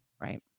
Right